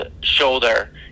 shoulder